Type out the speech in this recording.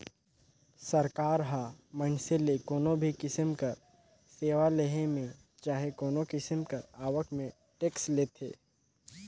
सरकार ह मइनसे ले कोनो भी किसिम कर सेवा लेहे में चहे कोनो किसिम कर आवक में टेक्स लेथे